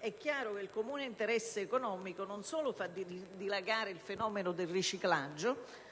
È chiaro che il comune interesse economico fa, insieme, dilagare e rendere molto